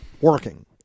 working